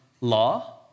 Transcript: law